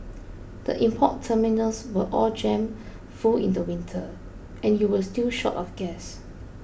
the import terminals were all jammed full in the winter and you were still short of gas